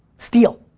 steal.